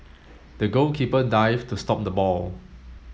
the goalkeeper dived to stop the ball